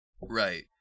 Right